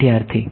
વિદ્યાર્થી